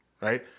Right